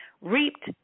reaped